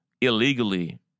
illegally